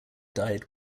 died